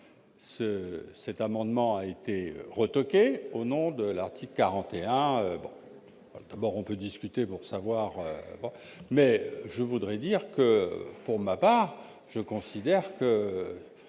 cet amendement a été retoquée au nom de l'article 41 bon alors on peut discuter pour savoir mais je voudrais dire que pour ma part, je considère que